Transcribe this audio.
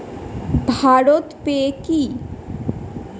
ভারত পে কি?